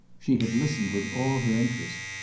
she had listened with all her interest.